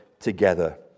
together